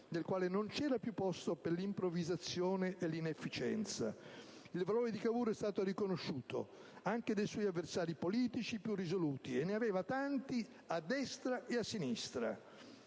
nel quale non c'era più posto per l'improvvisazione e l'inefficienza. Il valore di Cavour è stato riconosciuto anche dai suoi avversari politici più risoluti, e ne aveva tanti, a destra e a sinistra.